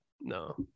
no